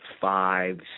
five